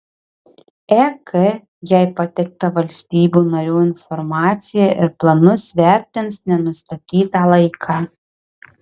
ek jai pateiktą valstybių narių informaciją ir planus vertins nenustatytą laiką